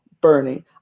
Bernie